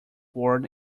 born